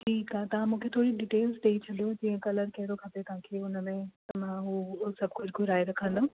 ठीकु आहे तव्हां मूंखे थोरी डिटेल्स ॾेई छॾियो जीअं कलर कहिड़ो खपे तव्हांखे हुन में त मां उहो सभु कुझु घुराए रखंदमि